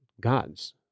God's